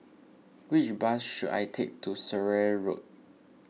which bus should I take to Surrey Road